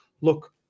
Look